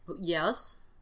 Yes